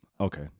okay